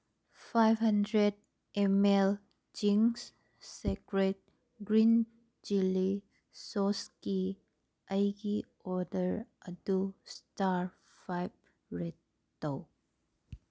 five hundred M L Ching's secret green chilli ꯁꯣꯁꯀꯤ ꯑꯩꯒꯤ order ꯑꯗꯨ ꯏꯁꯇꯥꯔ ꯐꯥꯏꯚ ꯔꯦꯠ ꯇꯧ